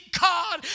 God